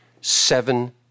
seven